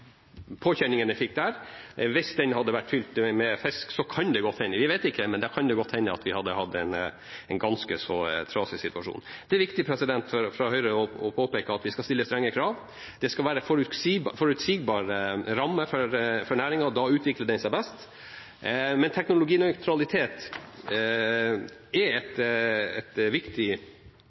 påkjenningene den fikk der. Hvis den hadde vært fylt med fisk, så kan det godt hende – men vi vet ikke – at vi hadde hatt en ganske så trasig situasjon. Det er viktig fra Høyres side å påpeke at vi skal stille strenge krav. Det skal være forutsigbare rammer for næringen, da utvikler den seg best. Men teknologinøytralitet er et viktig prinsipp for Høyre, for da er det næringen og aktørene som velger de beste løsningene, og dem er